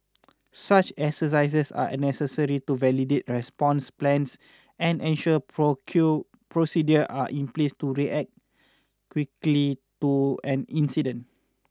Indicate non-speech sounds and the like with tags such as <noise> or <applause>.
such exercises are necessary to validate response plans and ensure <unintelligible> procedures are in place to react quickly to an incident